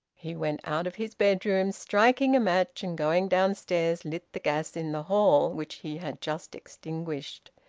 he went out of his bedroom, striking a match, and going downstairs lit the gas in the hall, which he had just extinguished.